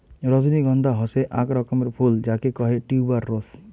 রজনীগন্ধা হসে আক রকমের ফুল যাকে কহে টিউবার রোস